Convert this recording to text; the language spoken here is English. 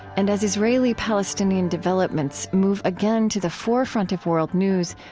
and as israeli-palestinian developments move again to the forefront of world news,